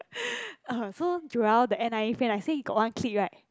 oh so Joel the n_i_e friend right say he got one clique right